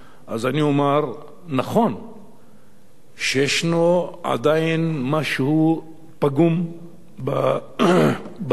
אני אומר שנכון שישנו עדיין משהו פגום בתרבות